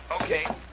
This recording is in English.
Okay